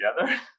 together